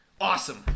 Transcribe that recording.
awesome